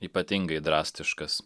ypatingai drastiškas